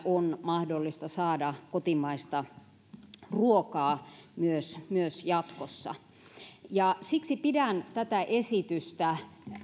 on mahdollista saada kotimaista ruokaa myös myös jatkossa siksi pidän tätä esitystä